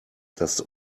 dass